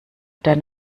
der